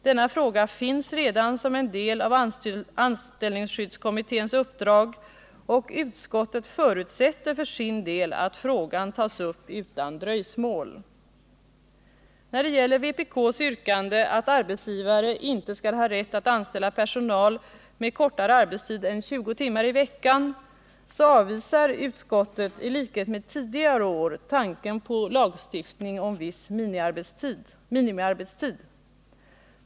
Denna fråga finns redan som en del av anställningsskyddskommitténs uppdrag. Utskottet förutsätter för sin del att frågan tas upp utan dröjsmål. Vpk yrkar att arbetsgivare inte skall ha rätt att anställa personal med kortare arbetstid än 20 timmar i veckan. I likhet med tidigare år avvisar utskottet tanken om lagstiftning om viss minimiarbetstid.